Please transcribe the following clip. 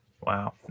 Wow